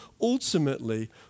ultimately